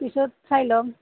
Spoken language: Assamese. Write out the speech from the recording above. পিছত চাই ল'ম